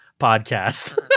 podcast